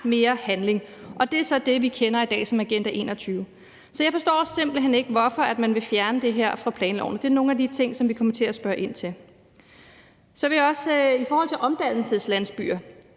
mere handling, og det er så det, vi i dag kender som Agenda 21. Så jeg forstår simpelt hen ikke, hvorfor man vil fjerne det her fra planloven, og det er nogle af de ting, som vi kommer til at spørge ind til. Så er der også omdannelseslandsbyer.